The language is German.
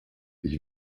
ich